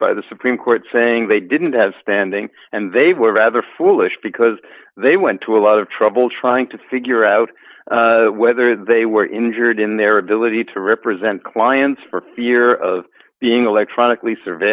by the supreme court saying they didn't have standing and they were rather foolish because they went to a lot of trouble trying to figure out whether they were injured in their ability to represent clients for fear of being electronically surve